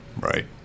Right